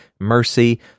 mercy